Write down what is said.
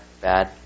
bad